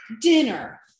dinner